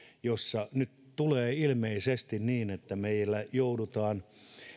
nyt tulee ilmeisesti niin että meillä joudutaan